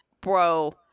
bro